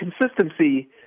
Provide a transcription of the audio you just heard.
consistency